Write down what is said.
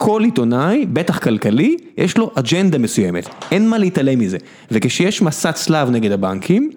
כל עיתונאי, בטח כלכלי, יש לו אג'נדה מסוימת, אין מה להתעלם מזה. וכשיש מסע צלב נגד הבנקים...